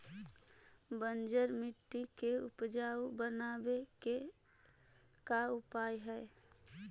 बंजर मट्टी के उपजाऊ बनाबे के का उपाय है?